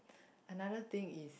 another thing is